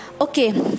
okay